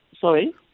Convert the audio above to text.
Sorry